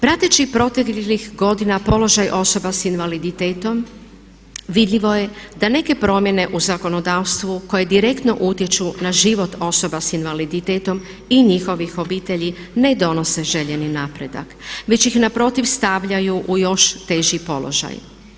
Prateći proteklih godina položaj osoba s invaliditetom vidljivo je da neke promjene u zakonodavstvu koje direktno utječu na život osoba s invaliditetom i njihovih obitelji ne donose željeni napredak već ih naprotiv stavljaju u još teži položaj.